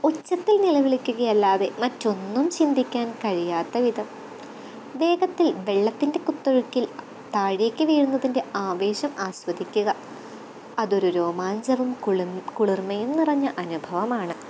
ഉച്ചത്തില് നിലവിളിക്കുകയല്ലാതെ മറ്റൊന്നും ചിന്തിക്കാന് കഴിയാത്ത വിധം വേഗത്തില് വെള്ളത്തിന്റെ കുത്തൊഴുക്കില് താഴേക്കു വീഴുന്നതിന്റെ ആവേശം ആസ്വദിക്കുക അതൊരു രോമാഞ്ചവും കുളിം കുളിര്മയും നിറഞ്ഞ അനുഭവമാണ്